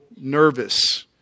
nervous